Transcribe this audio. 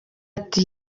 ati